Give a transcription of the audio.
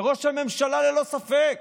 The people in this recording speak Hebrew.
וראש הממשלה ללא ספק